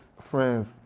friends